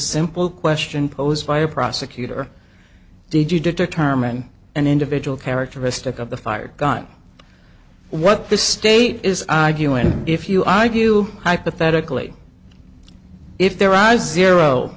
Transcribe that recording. simple question posed by a prosecutor did you determine an individual characteristic of the fired gun what the state is arguing if you argue hypothetically if their eyes